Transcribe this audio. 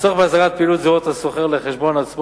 הצורך בהסדרת פעילות זירות הסוחר לחשבון עצמו